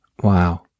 Wow